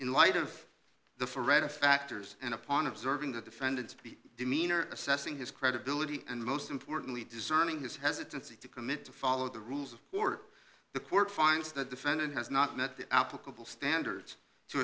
in light of the four reading factors and upon observing the defendant speak demeanor assessing his credibility and most importantly discerning his hesitancy to commit to follow the rules of order the court finds the defendant has not met the applicable standards to